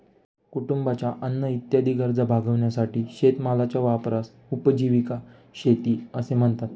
कुटुंबाच्या अन्न इत्यादी गरजा भागविण्यासाठी शेतीमालाच्या वापरास उपजीविका शेती असे म्हणतात